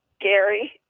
Gary